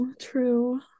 true